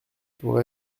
pour